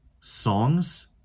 songs